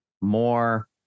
more